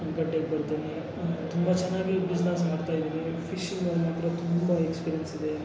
ಮಾರುಕಟ್ಟೆಗೆ ಬರ್ತೀನಿ ತುಂಬ ಚೆನ್ನಾಗಿ ಬಿಸ್ನೆಸ್ ಮಾಡ್ತಾ ಇದೀನಿ ಫಿಶಿಂಗಲ್ಲಿ ಮಾತ್ರ ತುಂಬ ಎಕ್ಸ್ಪೀರಿಯನ್ಸ್ ಇದೆ